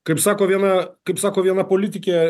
kaip sako viena kaip sako viena politikė